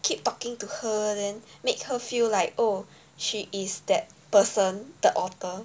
keep talking to her then make her feel like oh she is that person the author